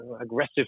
aggressive